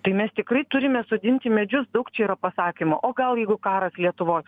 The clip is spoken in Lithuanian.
tai mes tikrai turime sodinti medžius daug čia yra pasakymų o gal jeigu karas lietuvoj